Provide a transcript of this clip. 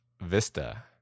Vista